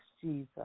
Jesus